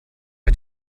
hat